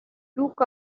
took